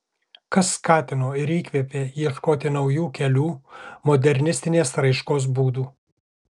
kas skatino ir įkvėpė ieškoti naujų kelių modernistinės raiškos būdų